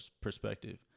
perspective